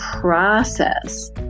process